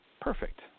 perfect